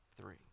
three